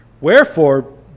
Wherefore